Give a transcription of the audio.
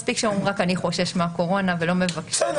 מספיק שאומרים רק אני חושש מהקורונה ולא מבקשים.